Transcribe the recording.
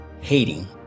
hating